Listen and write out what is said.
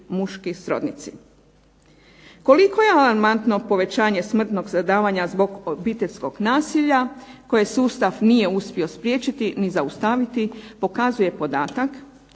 Koliko je alarmantno povećanje smrtnog zadavanja zbog obiteljskog nasilja kojeg sustav nije uspio spriječiti niti zaustaviti, pokazuje podatak